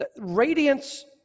Radiance